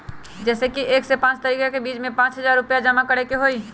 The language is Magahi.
जैसे कि एक से पाँच तारीक के बीज में पाँच हजार रुपया जमा करेके ही हैई?